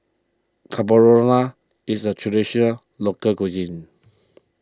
is a Traditional Local Cuisine